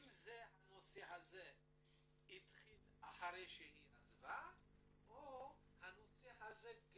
אם הנושא התחיל אחרי שהיא עזבה או שהוא היה גם